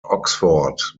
oxford